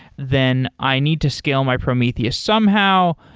then i need to scale my prometheus somehow.